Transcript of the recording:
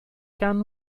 gan